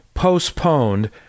Postponed